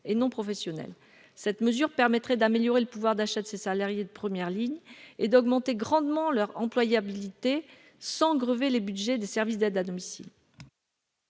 et non professionnelle. Cette mesure permettrait d'améliorer le pouvoir d'achat de ces salariés de première ligne et d'augmenter grandement leur employabilité, sans grever les budgets des services d'aide à domicile.